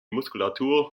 muskulatur